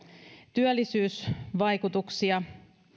työllisyysvaikutuksia